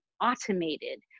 automated